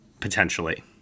Potentially